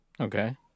Okay